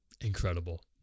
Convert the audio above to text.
incredible